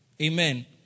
Amen